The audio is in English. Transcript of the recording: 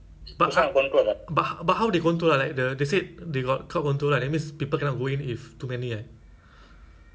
ya I think maybe like they have a counter lah like the system can control right no but now the issue is the the tap out people don't